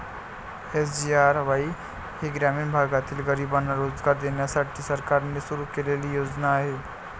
SGRY ही ग्रामीण भागातील गरिबांना रोजगार देण्यासाठी सरकारने सुरू केलेली योजना आहे